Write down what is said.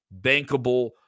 bankable